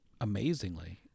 Amazingly